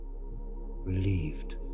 relieved